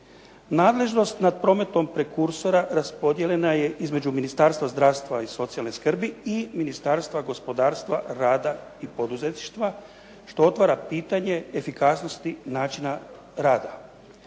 Nadležnost nad prometom rekursora raspodijeljena je između Ministarstva zdravstva i socijalne skrbi i Ministarstva gospodarstva, rada i poduzetništva, što otvara pitanje efikasnosti načina rada.